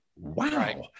wow